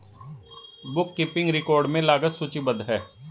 book keeping record में लागत सूचीबद्ध है